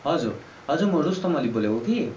हजुर हजुर म रुस्तम अली बोलेको कि